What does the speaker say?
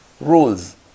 rules